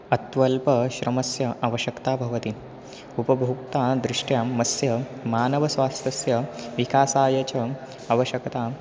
अत्यल्पश्रमस्य अवश्यक्ता भवति उपभोक्ता दृष्ट्या मत्स्यः मानवस्वास्थस्य विकासाय च आवश्यकता